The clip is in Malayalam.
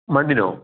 മണ്ണിനോ